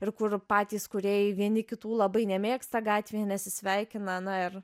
ir kur patys kūrėjai vieni kitų labai nemėgsta gatvėje nesisveikina na ir